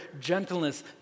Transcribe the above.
gentleness